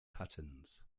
patterns